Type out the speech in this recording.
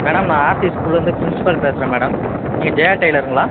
madam நான் RC ஸ்கூல்லேருந்து principal பேசுகிறேன் மேடம் நீங்கள் ஜெயா டெய்லருங்களா